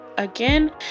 Again